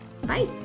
Bye